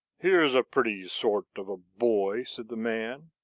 here's a pretty sort of a boy, said the man.